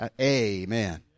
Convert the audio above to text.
amen